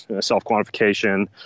self-quantification